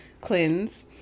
cleanse